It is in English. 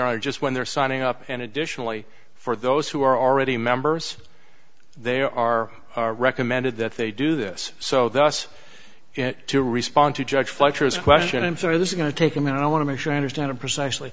are just when they're signing up and additionally for those who are already members there are are recommended that they do this so thus it to respond to judge fletcher is question i'm sure this is going to take him and i want to make sure i understand it precisely